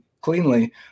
cleanly